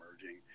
emerging